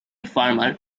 farmer